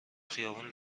خیابون